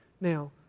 Now